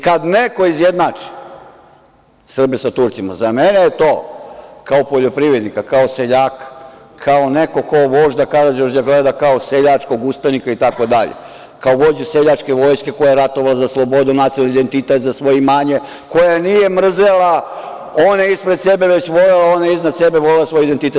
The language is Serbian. Kad neko izjednači Srbe sa Turcima, za mene je to kao poljoprivrednika, kao seljaka, kao neko ko vožda Karađorđa gleda kao seljačkog ustanika itd, kao vođu seljačke vojske koja je ratovala za slobodu nacionalni identitet za svoje imanje, koja nije mrzela one ispred sebe, već volela one iznad sebe, volela svoj identitet.